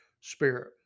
spirit